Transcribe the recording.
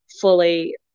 fully